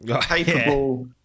capable